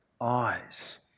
eyes